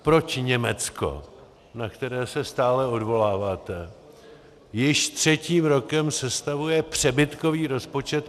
Proč Německo, na které se stále odvoláváte, již třetím rokem sestavuje přebytkový rozpočet?